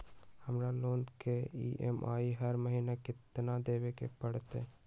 हमरा लोन के ई.एम.आई हर महिना केतना देबे के परतई?